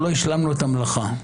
שלא השלמנו את המלאכה.